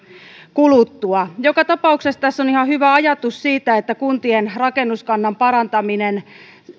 kuluttua joka tapauksessa tässä on ihan hyvä ajatus siitä että kuntien rakennuskannan parantaminen